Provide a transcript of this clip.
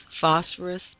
phosphorus